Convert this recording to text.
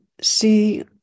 see